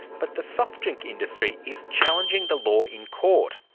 but the soft drink industry is challenging the law in court.